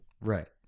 Right